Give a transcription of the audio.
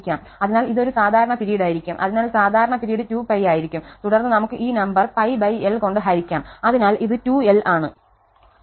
അതിനാൽ ഇത് ഒരു സാധാരണ പിരീഡായിരിക്കും അതിനാൽ സാധാരണ പിരീഡ് 2π ആയിരിക്കും തുടർന്ന് നമുക്ക് ഈ നമ്പർ l കൊണ്ട് ഹരിക്കാം അതിനാൽ ഇത് 2l ആണ്